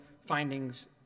findings